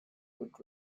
good